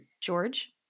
George